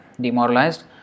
demoralized